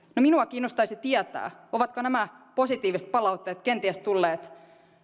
minua kiinnostaisi tietää ovatko nämä positiiviset palautteet kenties tulleet